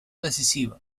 decisiva